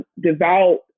devout